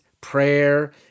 prayer